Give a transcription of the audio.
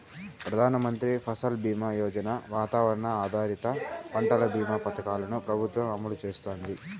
ప్రధాన మంత్రి ఫసల్ బీమా యోజన, వాతావరణ ఆధారిత పంటల భీమా పథకాలను ప్రభుత్వం అమలు చేస్తాంది